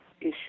issue